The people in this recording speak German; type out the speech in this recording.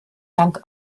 dank